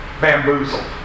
bamboozled